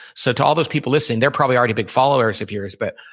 so to all those people listening, they're probably already big followers of yours. but,